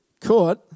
Caught